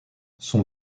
son